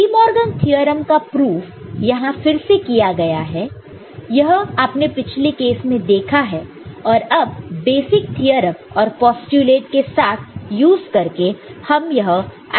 De Morgan theorem का proof यहां फिर से किया गया है यह अपने पिछले केस में देखा है और अब बेसिक थ्योरम और पोस्टयूलेटस के साथ यूज़ करके हम यह आईडेंटिटी डीराइव कर रहे हैं